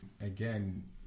again